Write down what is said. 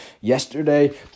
yesterday